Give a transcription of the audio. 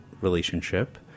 relationship